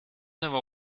never